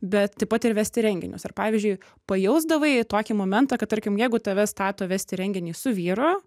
bet taip pat ir vesti renginius ar pavyzdžiui pajausdavai tokį momentą kad tarkim jeigu tave stato vesti renginį su vyru